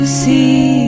see